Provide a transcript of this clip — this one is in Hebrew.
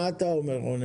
מה אתה אומר?